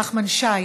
חבר הכנסת נחמן שי,